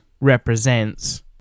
represents